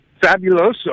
Fabuloso